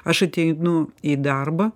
aš ateinu į darbą